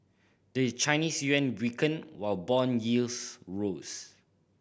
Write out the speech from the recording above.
the Chinese yuan weakened while bond yields rose